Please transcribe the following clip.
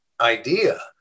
idea